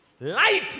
Light